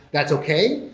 that's okay.